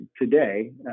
today